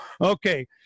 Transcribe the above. Okay